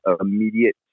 immediate